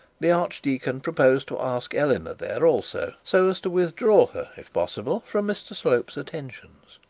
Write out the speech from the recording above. the archdeacon proposed to ask eleanor there also, so as to withdraw her, if possible, from mr slope's attentions.